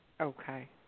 Okay